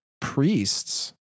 priests